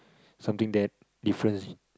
something that difference